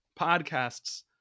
podcasts